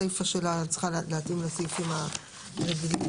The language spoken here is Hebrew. הסיפא שלה צריכה להתאים לסעיפים הנכונים.